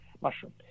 mushroom